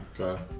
Okay